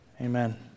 amen